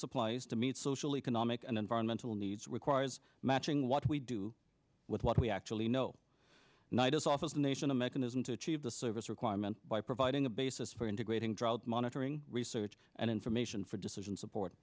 supplies to meet social economic and environmental needs requires matching what we do with what we actually know knight is office a nation a mechanism to achieve the service requirement by providing a basis for integrating drug monitoring research and information for decision support